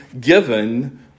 given